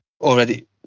already